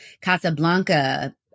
Casablanca